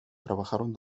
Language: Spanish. trabajaron